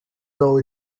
though